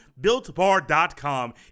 BuiltBar.com